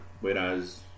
whereas